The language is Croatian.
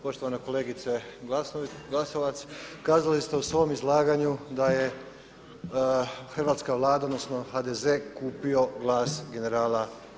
Poštovana kolegice Glasovac, kazali ste u svom izlaganju da je hrvatska Vlada, odnosno HDZ kupio glas generala.